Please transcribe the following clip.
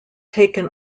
taken